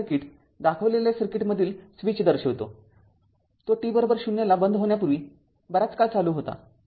तर हे सर्किट मी दाखविलेल्या सर्किटमधील स्विच दर्शवितो तो t ० ला बंद होण्यापूर्वी बराच काळ चालू होता